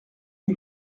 les